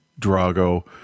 Drago